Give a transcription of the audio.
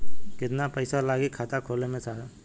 कितना पइसा लागि खाता खोले में साहब?